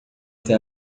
até